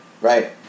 right